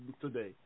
Today